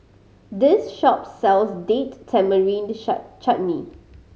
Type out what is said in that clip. this shop sells Date Tamarind Chutney